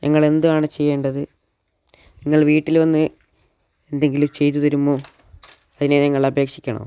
ഞങ്ങൾ എന്താണ് ചെയ്യേണ്ടത് നിങ്ങൾ വീട്ടിൽ വന്നു എന്തെങ്കിലും ചെയ്തു തരുമോ അതിന് ഞങ്ങൾ അപേക്ഷിക്കണോ